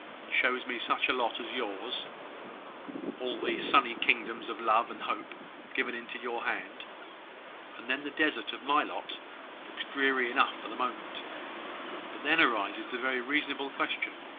and shows me such a lot as yours all the sunny kingdoms of love and hope given into your hand and then the desert of my lot looks dreary enough for the moment but then arises the very reasonable question,